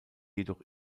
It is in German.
jedoch